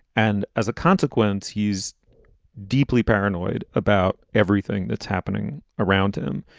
and as a consequence, he's deeply paranoid about everything that's happening around him.